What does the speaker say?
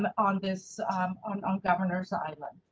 um on this on, on governor's islands.